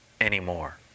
anymore